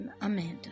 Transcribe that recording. Amanda